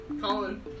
Colin